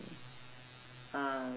uh